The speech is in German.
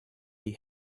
die